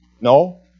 No